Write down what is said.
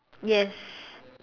yes